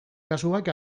kasuak